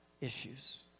issues